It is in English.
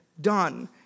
done